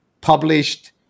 published